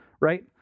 right